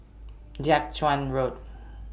Jiak Chuan Road